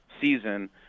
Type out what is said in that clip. season